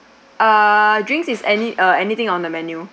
uh drinks is any or anything on the menu